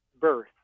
birth